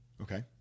Okay